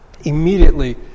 immediately